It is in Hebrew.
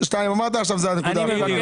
שתיים אמרת, עכשיו זו הנקודה האחרונה.